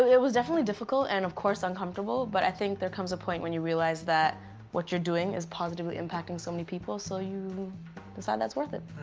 was definitely difficult and of course, uncomfortable, but i think there comes a point when you realize that what you're doing is positively impacting so many people so you decide that's worth it.